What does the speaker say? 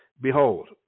Behold